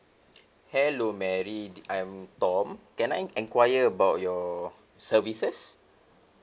hello mary I'm tom can I enquire about your services